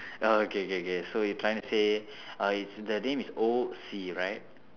oh okay K K so you're trying to say uh it's the name is O C right